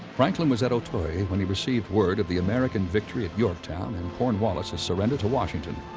franklin was at auteuil when he received word of the american victory at yorktown and cornwallis' ah surrender to washington.